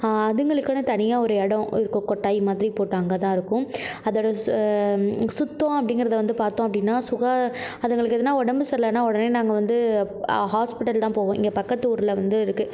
அதுங்களுக்குன்னு தனியாக ஒரு இடம் ஒரு கொட்டாய் மாதிரி போட்டு அது அங்கேதான் இருக்கும் அதோட சுத்தம் அப்படிங்கிறத வந்து பார்த்தோம் அப்படின்னா சுகா அதுங்களுக்கு எதன்னா உடம்பு சரியில்லனா உடனே நாங்கள் வந்து ஹாஸ்பிட்டல் தான் போவோம் இங்கே பக்கத்து ஊரில் வந்து இருக்கு